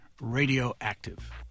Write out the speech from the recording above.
Radioactive